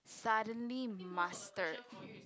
suddenly master